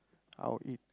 I'll eat